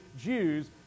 Jews